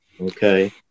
Okay